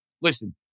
Listen